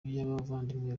y’abavandimwe